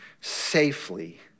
safely